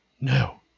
No